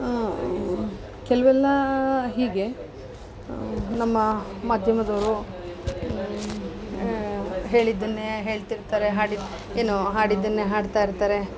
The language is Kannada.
ಕೆಲವೆಲ್ಲಾ ಹೀಗೆ ನಮ್ಮ ಮಾಧ್ಯಮದವರು ಹೇಳಿದ್ದನ್ನೇ ಹೇಳ್ತಿರ್ತಾರೆ ಹಾಡಿದ ಏನು ಹಾಡಿದ್ದನ್ನೇ ಹಾಡ್ತಾ ಇರ್ತಾರೆ